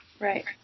Right